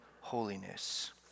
holiness